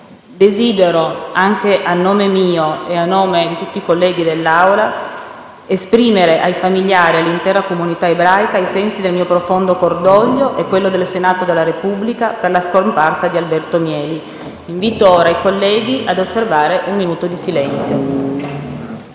Desidero, anche a nome mio e di tutti i colleghi dell'Assemblea, esprimere ai familiari e all'intera comunità ebraica i sensi del mio profondo cordoglio e quello del Senato della Repubblica per la scomparsa di Alberto Mieli. Invito ora i colleghi a osservare un minuto di silenzio.